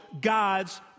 God's